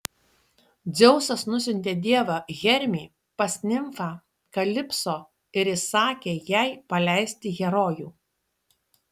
dzeusas nusiuntė dievą hermį pas nimfą kalipso ir įsakė jai paleisti herojų